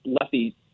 lefty